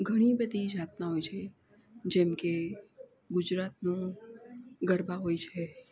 ઘણી બધી જાતનાં હોય છે જેમકે ગુજરાતનું ગરબા હોય છે